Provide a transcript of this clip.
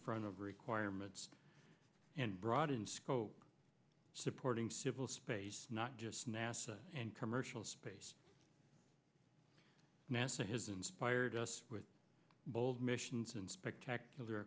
front of requirements and broad in scope supporting civil space not just nasa and commercial space nasa has inspired us with bold missions and spectacular